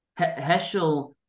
Heschel